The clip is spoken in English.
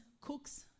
cooks